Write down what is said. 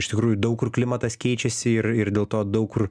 iš tikrųjų daug kur klimatas keičiasi ir ir dėl to daug kur